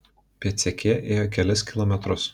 pėdsekė ėjo kelis kilometrus